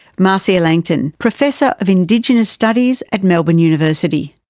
marcia langton, professor of indigenous studies at melbourne university,